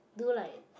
do like